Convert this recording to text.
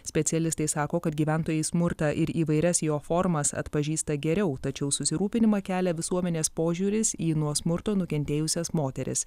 specialistai sako kad gyventojai smurtą ir įvairias jo formas atpažįsta geriau tačiau susirūpinimą kelia visuomenės požiūris į nuo smurto nukentėjusias moteris